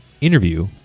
interview